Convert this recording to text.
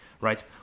right